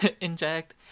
Inject